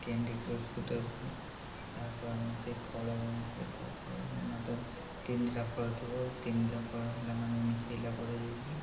candy crush ଗୋଟେ ଅଛି ତାହାକୁ ଆମେ ସେ ଫଳ ଗେମ୍ ଖେଳିଥାଉ ଫଳ ଗେମ୍ ମାଧ୍ୟମରେ ତିନିଟା ଫଳ ଥିବ ତିନିଟା ଫଳ ହେଲା ମାନେ ମିଶେଇଲା ପରେ ଯାଇକି